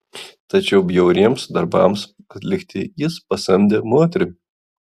tačiau bjauriems darbams atlikti jis pasamdė moterį